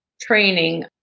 training